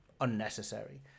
unnecessary